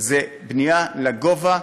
זה בנייה לגובה.